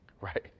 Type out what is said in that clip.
Right